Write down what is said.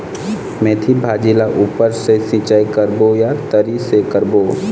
मेंथी भाजी ला ऊपर से सिचाई करबो या तरी से करबो?